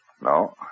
No